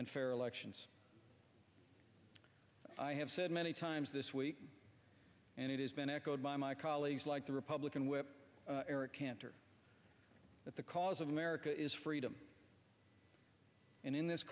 and fair elections i have said many times this week and it has been echoed by my colleagues like the republican whip eric cantor but the cause of america is freedom and in this